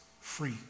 free